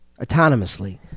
autonomously